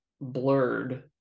blurred